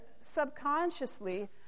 subconsciously